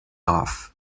off